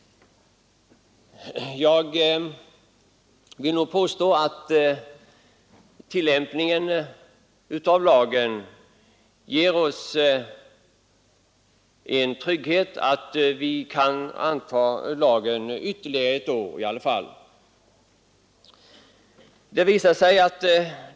Jag vill nu påstå att denna lag ändå ger oss sådan trygghet att vi kan anta en förlängning av lagen ett år.